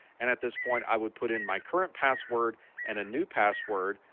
and at this point, i would put in my current password and a new password,